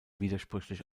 widersprüchlich